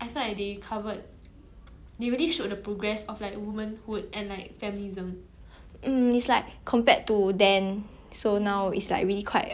compared to then so now it's like really quite quite how to say like a lot of change has been achieved lah and like how to say